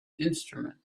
instrument